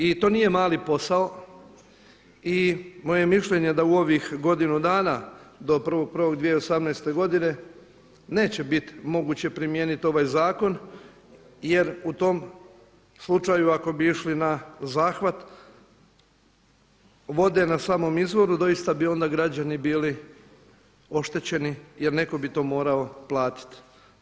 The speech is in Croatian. I to nije mali posao i moje je mišljenje da u ovih godinu dana do 1.1.2018. neće biti moguće primijeniti ovaj zakon jer u tom slučaju ako bi išli na zahvat vode na samom izvoru doista bi onda građani bili oštećeni jer netko bi to mora platiti.